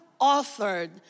authored